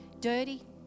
dirty